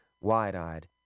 wide-eyed